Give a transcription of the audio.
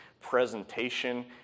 presentation